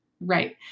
Right